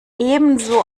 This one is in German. ebenso